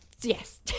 Yes